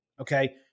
okay